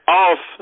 off